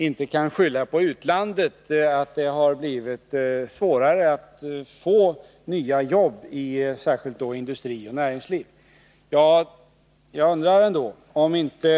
Olof Palme sade att förhållandet att det är svårare att få nya jobb inte kan skyllas på utlandet. Särskilt gäller detta då industrin och det övriga näringslivet.